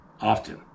often